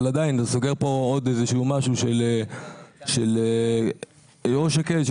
אבל עדיין זה סוגר פה עוד איזה שהוא משהו של ראש שקט,